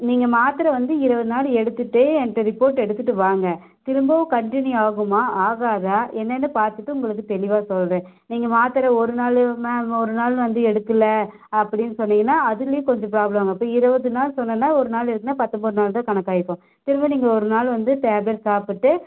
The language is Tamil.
நீங்கள் மாத்திர வந்து இருபது நாள் எடுத்துகிட்டு என்கிட்ட ரிப்போர்ட் எடுத்துகிட்டு வாங்க திரும்பவும் கன்டினியூ ஆகுமா ஆகாதா என்னென்னு பார்த்துட்டு உங்களுக்கு தெளிவாக சொல்கிறேன் நீங்கள் மாத்திர ஒரு நாள் மேம் ஒரு நாள் வந்து எடுக்கல அப்படின்னு சொன்னீங்கன்னால் அதுலேயும் கொஞ்சம் ப்ராப்ளம் ஆகும் இருபது நாள் சொன்னேன்னா ஒரு நாள் எடுக்குலைன்னா பத்தொன்போது நாள் தான் கணக்காயிக்கும் திரும்ப நீங்கள் ஒரு நாள் வந்து டேப்லெட் சாப்பிட்டு